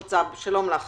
תודה.